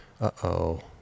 Uh-oh